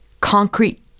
concrete